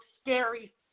scary